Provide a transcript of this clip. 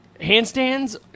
Handstands